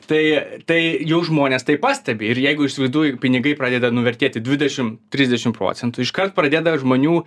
tai tai jau žmonės tai pastebi ir jeigu įsivaizduoju pinigai pradeda nuvertėti dvidešim trisdešim procentų iškart pradėdavo žmonių